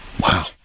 Wow